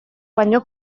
baino